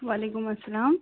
وعلیکُم اسلام